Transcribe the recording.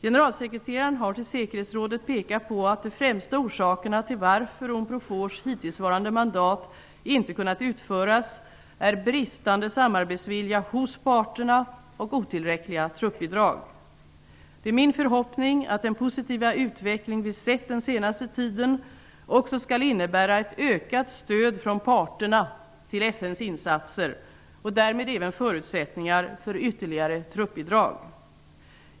Generalsekreteraren har inför säkerhetsrådet pekat på att de främsta orsakerna till att Unprofors hittillsvarande mandat inte kunnat utföras är bristande samarbetsvilja hos parterna och otillräckliga truppbidrag. Det är min förhoppning att den positiva utveckling som vi sett den senaste tiden också skall innebära ett ökat stöd från parterna till FN:s insatser och därmed även förutsättningar för ytterligare truppbidrag.